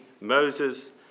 Moses